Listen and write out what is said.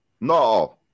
No